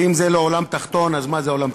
ואם זה לא עולם תחתון, אז מה זה עולם תחתון?